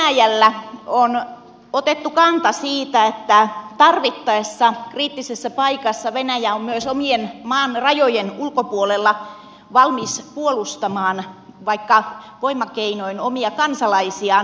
kuitenkin venäjällä on otettu kanta että kriittisessä paikassa venäjä on tarvittaessa myös oman maan rajojen ulkopuolella valmis puolustamaan vaikka voimakeinoin omia kansalaisiaan